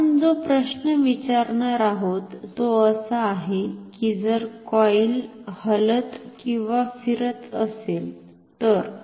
तर आपण जो प्रश्न विचारणार आहोत तो असा आहे कि जर कोइल हलत किंवा फिरत असेल तर